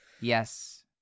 Yes